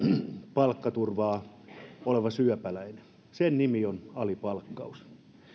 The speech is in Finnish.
palkkaturvan syöpäläinen sen nimi on alipalkkaus